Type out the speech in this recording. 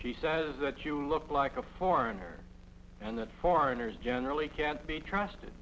she says that you look like a foreigner and that foreigners generally can't be trusted